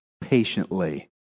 patiently